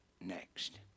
next